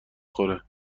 خوره